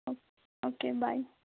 okay okay bye